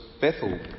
Bethel